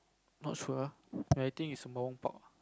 not sure I think it's Sembawang Park